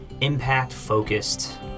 impact-focused